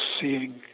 Seeing